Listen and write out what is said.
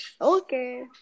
okay